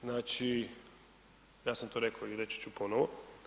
Znači, ja sam to rekao i reći ću ponovo.